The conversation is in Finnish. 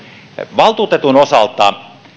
valtuutetun osalta